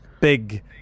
big